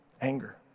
anger